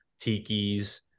tikis